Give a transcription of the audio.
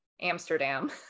Amsterdam